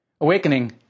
Awakening